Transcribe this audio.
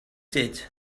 did